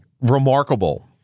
remarkable